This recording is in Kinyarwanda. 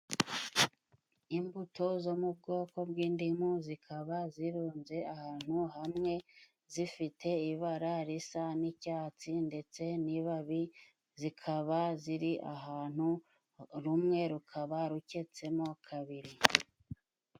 Imbuto zo mu bwoko bw'indimu zikaba zirunze ahantu hamwe, zifite ibara risa n'icyatsi ndetse n'ibabi zikaba ziri ahantu, rumwe rukaba rucyetsemo kabiri.